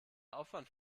aufwand